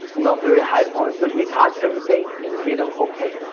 not very high points, but we passed everything, in the middle. okay.